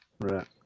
right